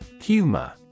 Humor